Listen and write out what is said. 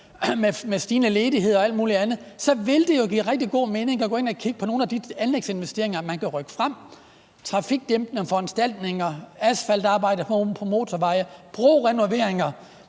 med stigende ledighed og alt muligt andet, så vil give rigtig god mening at gå ind og kigge på nogle af de anlægsinvesteringer, man kan rykke frem: trafikdæmpende foranstaltninger, asfaltarbejde på motorveje, brorenoveringer,